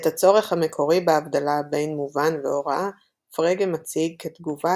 את הצורך המקורי בהבדלה בין מובן והוראה פרגה מציג כתגובה